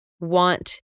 want